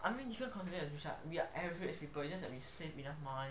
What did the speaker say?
I mean you can't considered as rich lah we are average people is just that we save enough money